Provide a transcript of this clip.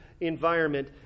environment